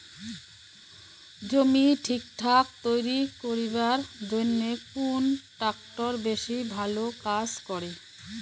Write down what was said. জমি ঠিকঠাক তৈরি করিবার জইন্যে কুন ট্রাক্টর বেশি ভালো কাজ করে?